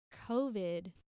COVID